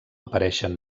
apareixen